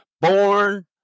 Born